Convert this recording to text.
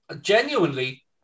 Genuinely